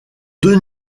deux